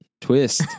twist